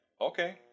Okay